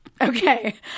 okay